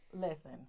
Listen